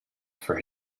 for